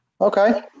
Okay